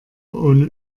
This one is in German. ohne